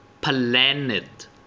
Planet